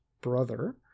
brother